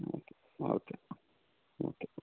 okay okay okay